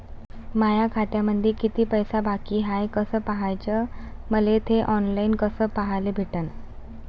माया खात्यामंधी किती पैसा बाकी हाय कस पाह्याच, मले थे ऑनलाईन कस पाह्याले भेटन?